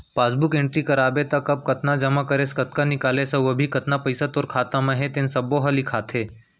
passbook entry कराबे त कब कतका जमा करेस, कतका निकालेस अउ अभी कतना पइसा तोर खाता म हे तेन सब्बो ह लिखाथे